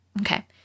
Okay